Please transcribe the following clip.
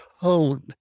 tone